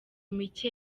mike